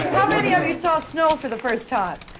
many of you saw snow for the first time?